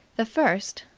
the first,